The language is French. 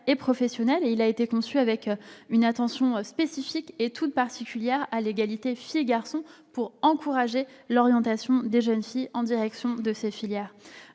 et professionnels. Il a été conçu avec une attention spécifique à l'égalité entre filles et garçons, pour encourager l'orientation des jeunes filles en direction de ces filières.